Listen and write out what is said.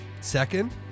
Second